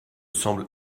semble